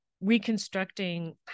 reconstructing